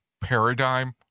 paradigm